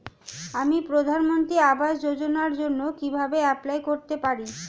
আমি প্রধানমন্ত্রী আবাস যোজনার জন্য কিভাবে এপ্লাই করতে পারি?